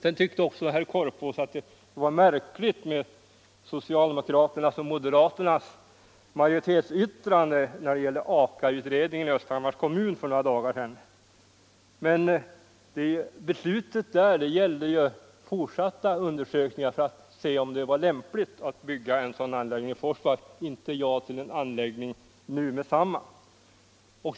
Herr Korpås tyckte även att socialdemokraternas och moderaternas majoritetsyttrande i Östhammars kommun för några dagar sedan när det gäller Aka-utredningen var märkligt. Men det beslutet gällde ju fortsatta undersökningar för att se om det var lämpligt att bygga en sådan anläggning i Forsmark, inte ja till en anläggning nu med detsamma.